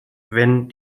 wenn